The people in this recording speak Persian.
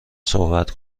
صحبت